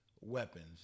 weapons